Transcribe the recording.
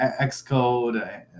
Xcode